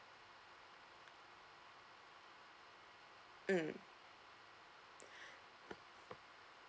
mm